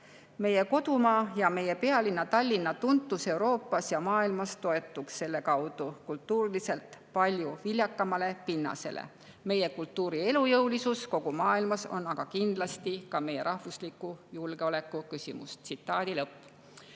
Meie kodumaa ja meie pealinna Tallinna tuntus Euroopas ja maailmas toetuks selle kaudu kultuuriliselt palju viljakamale pinnasele. Meie kultuuri elujõulisus kogu maailmas on aga kindlasti ka meie rahvusliku julgeoleku küsimus."Head